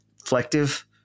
reflective